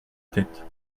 tête